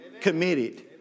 committed